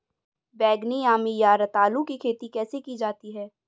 बैगनी यामी या रतालू की खेती कैसे की जाती है?